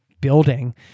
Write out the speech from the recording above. building